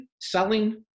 selling